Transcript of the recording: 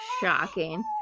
Shocking